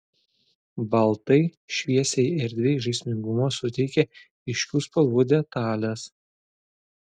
baltai šviesiai erdvei žaismingumo suteikia ryškių spalvų detalės